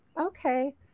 okay